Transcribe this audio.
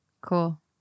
cool